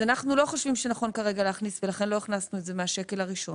אנחנו לא חושבים שנכון כרגע להכניס ולכן לא הכנסנו את השקל הראשון.